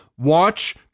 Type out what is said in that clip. watch